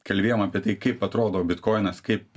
kalbėjom apie tai kaip atrodo bitkoinas kaip